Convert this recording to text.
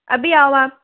अभी आओ आप